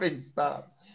stop